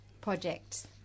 projects